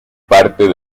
parte